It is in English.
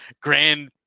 grand